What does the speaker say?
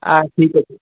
ଆ ଠିକ୍ ଅଛି